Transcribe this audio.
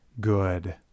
good